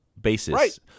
basis